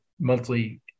monthly